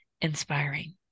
inspiring